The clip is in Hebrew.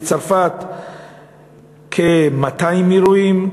בצרפת כ-200 אירועים,